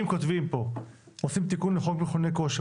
אם כותבים פה, עושים תיקון לחוק מכוני כושר.